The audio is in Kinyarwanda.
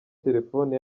telefoni